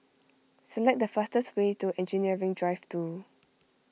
select the fastest way to Engineering Drive two